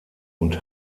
und